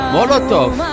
Molotov